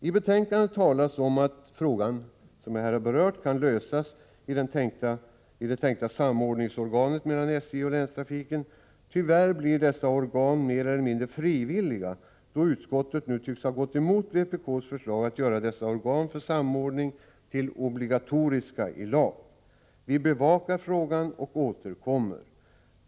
I betänkandet talas om att frågan — som jag här har berört — kan lösas i de tänkta samordningsorganen mellan SJ och länstrafiken. Tyvärr blir dessa organ mer eller mindre frivilliga, då utskottet nu tycks gå emot vpk:s förslag att göra dessa organ för samordning obligatoriska i lag. Vi bevakar frågan och återkommer.